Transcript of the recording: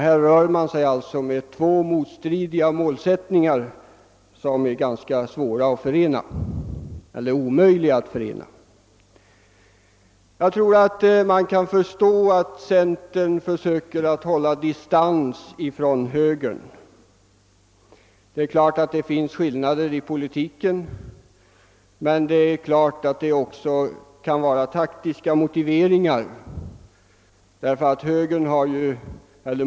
Här rör man sig alltså med två motstridiga målsättningar som är svåra för att inte säga omöjliga att förena. Men man kan förstå att centerpartiet försöker hålla distans ifrån högern. Visst finns det skillnader i politiken, men det kan även finnas en taktisk motivering.